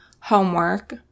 homework